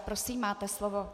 Prosím, máte slovo.